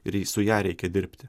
ir su ja reikia dirbti